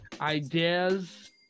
Ideas